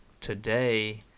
today